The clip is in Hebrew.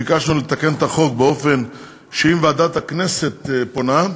ביקשנו לתקן את החוק באופן שאם ועדת הכנסת פונה,